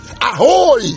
ahoy